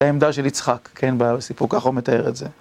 העמדה של יצחק, כן, בסיפור, ככה הוא מתאר את זה.